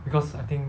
because I think